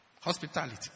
Hospitality